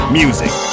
music